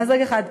אז רגע אחד.